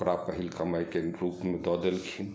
ओकरा पहिल कमाइ केन्द्र रूपमे दऽ देलखिन